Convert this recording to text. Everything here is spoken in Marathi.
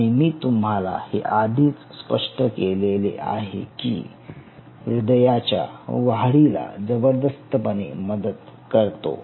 आणि मी तुम्हाला हे आधीच स्पष्ट केलेले आहे की हृदयाच्या वाढिला जबरदस्त पणे मदत करतो